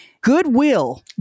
Goodwill